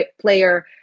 player